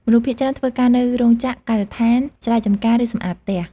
មនុស្សភាគច្រើនធ្វើការនៅរោងចក្រ ការដ្ឋាន ស្រែចម្ការ ឬសម្អាតផ្ទះ។